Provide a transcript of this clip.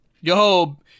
Yo